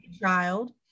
child